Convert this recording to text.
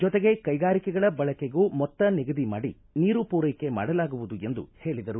ಜೊತೆಗೆ ಕೈಗಾರಿಕೆಗಳ ಬಳಕೆಗೂ ಮೊತ್ತ ನಿಗದಿ ಮಾಡಿ ನೀರು ಪೂರೈಕೆ ಮಾಡಲಾಗುವುದು ಎಂದು ಹೇಳಿದರು